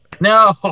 No